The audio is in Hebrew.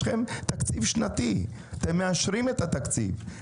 יש לכם תקציב שנתי, אתם מאשרים את התקציב.